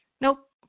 Nope